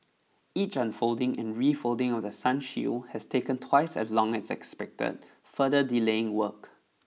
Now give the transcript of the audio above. each unfolding and refolding of the sun shield has taken twice as long as expected further delaying work